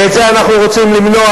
ואת זה אנחנו רוצים למנוע.